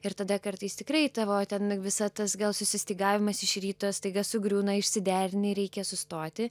ir tada kartais tikrai tavo ten visa tas gal sustygavimas iš ryto staiga sugriūna išsiderini reikia sustoti